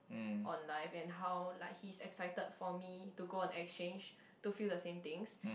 on like and how like he is excited for me to go on exchange to feel the same things